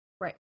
Right